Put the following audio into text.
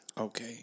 Okay